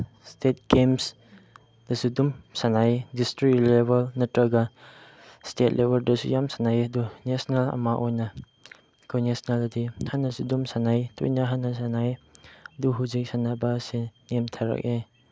state ꯒꯦꯝꯁꯗꯁꯨ ꯑꯗꯨꯝ ꯁꯥꯟꯅꯩ ꯗꯤꯁꯇ꯭ꯔꯤꯛ ꯂꯦꯕꯦꯜ ꯅꯠꯇ꯭ꯔꯒ ꯏꯁꯇꯦꯠ ꯂꯦꯕꯦꯜꯗꯁꯨ ꯌꯥꯝ ꯁꯥꯟꯅꯩꯌꯦ ꯑꯗꯨ ꯅꯦꯁꯅꯦꯜ ꯑꯃ ꯑꯣꯏꯅ ꯑꯩꯈꯣꯏ ꯅꯦꯁꯅꯦꯜꯗꯗꯤ ꯊꯥꯏꯅꯁꯨ ꯑꯗꯨꯝ ꯁꯥꯟꯅꯩ ꯇꯣꯏꯅ ꯍꯥꯟꯅ ꯁꯥꯟꯅꯩ ꯑꯗꯨ ꯍꯧꯖꯤꯛ ꯁꯥꯟꯅꯕ ꯑꯁꯦ ꯅꯦꯝꯊꯔꯛꯑꯦ